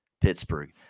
Pittsburgh